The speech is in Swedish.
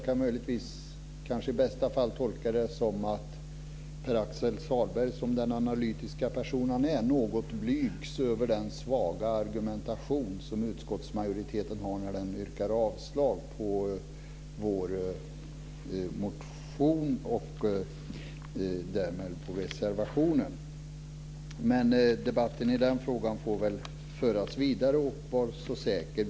I bästa fall kan jag tolka det så att Pär Axel Sahlberg, som den analytiska person han är, något blygs över den svaga argumentation som utskottsmajoriteten har när den yrkar avslag på vår motion och därmed på reservationen. Men debatten i den frågan får väl föras vidare. Var så säker!